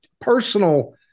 personal